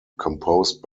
composed